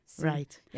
Right